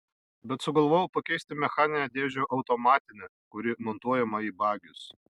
bet sugalvojau pakeisti mechaninę dėžę automatine kuri montuojama į bagius